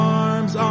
arms